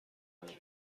همینه